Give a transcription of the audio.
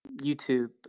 YouTube